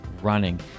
running